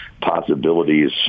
possibilities